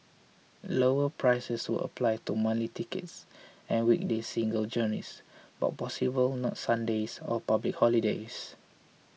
lower prices would apply to monthly tickets and weekday single journeys but possibly not Sundays or public holidays